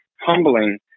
humbling